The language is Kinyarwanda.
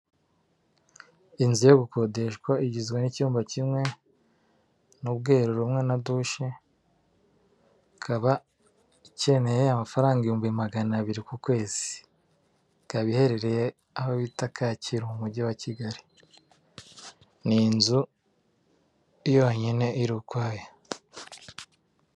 Inzu yo gukodeshwa igizwe n’icyumba kimwe n’ubwiherero bumwe na dushe, ikaba ikeneye amafaranga ibihumbi magana abiri ku kwezi. Ikaba iherereye aho bita Kacyiru, umujyi wa Kigali. Ni inzu yonyine irukwaya.